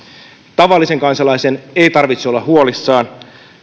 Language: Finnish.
tavallisen kansalaisen ei tarvitse olla huolissaan